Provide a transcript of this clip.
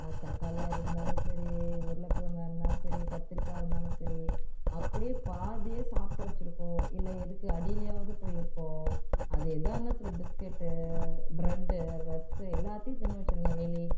தக்காளியாக இருந்தாலும் சரி உருளை கிழங்கா இருந்தாலும் சரி கத்திரிக்காய் இருந்தாலும் சரி அப்படியே பாதியாக சாப்பிட்டு வச்சுருக்கும் இல்லை எதுக்கு அடிலேயாவது போய் இருக்கும் அது எதாக இருந்தாலும் சரி பிஸ்கட்டு ப்ரெட்டு ரஸ்க் எல்லாத்தையும் தின்று வச்சுடுங்க எலி